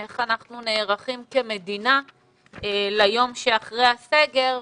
איך אנחנו נערכים כמדינה ליום שאחרי הסגר.